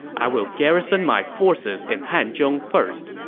i will garrison my forces in hanzhong first,